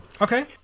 Okay